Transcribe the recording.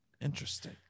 Interesting